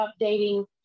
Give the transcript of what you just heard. updating